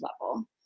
level